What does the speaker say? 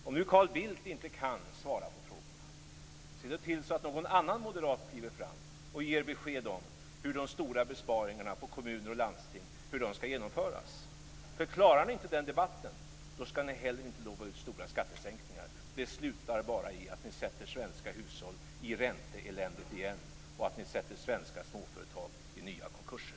Om nu Carl Bildt inte kan svara på frågorna, se då till att någon annan moderat kliver fram och ger besked om hur de stora besparingarna på kommuner och landsting skall genomföras. Klarar ni inte den debatten, skall ni heller inte lova ut stora skattesänkningar. Det slutar bara med att ni sätter svenska hushåll i ränteeländet igen, och att ni sätter svenska småföretag i nya konkurser.